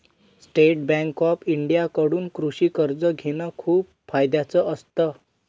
state Bank of India कडून कृषि कर्ज घेण खूप फायद्याच असत